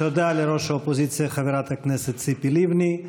תודה לראש האופוזיציה חברת הכנסת ציפי לבני.